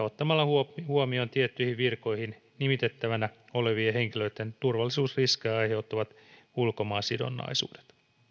ottamalla huomioon tiettyihin virkoihin nimitettävänä olevien henkilöitten turvallisuusriskejä aiheuttavat ulkomaansidonnaisuudet